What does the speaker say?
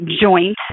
joint